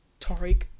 Tariq